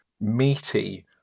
meaty